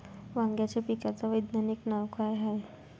वांग्याच्या पिकाचं वैज्ञानिक नाव का हाये?